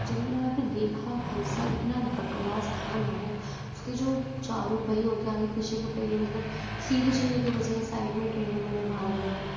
جب میں نے وہاں پہ دیکھا بھائی صاحب اتنا بکواس تھا نا وہ اس کے جو چاروں پہیے ہوتے ہیں آگے پیچھے کے پہیے مطلب سیدھے چلنے کے بجائے سائڈ میں ٹیڑھے بیڑھے بھاگ رہے ہیں